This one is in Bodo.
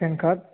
PAN card